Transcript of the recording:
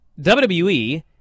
WWE